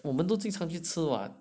我们都经常去吃完 what